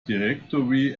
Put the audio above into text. directory